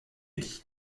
ali